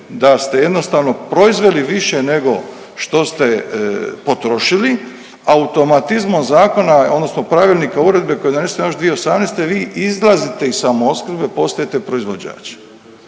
da ste jednostavno proizveli više nego što ste potrošili automatizmom zakona odnosno pravilnika uredbe koji je donesen još 2018. vi izlazite iz samoopskrbe i postajete proizvođač,